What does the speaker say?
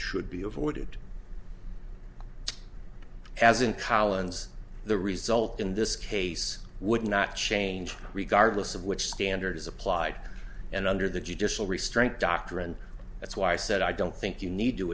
should be avoided as in collins the result in this case would not change regardless of which standards applied and under the judicial restraint doctrine that's why i said i don't think you need to